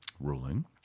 Ruling